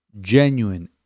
genuine